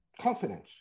confidence